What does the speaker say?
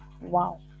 wow